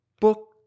book